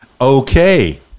Okay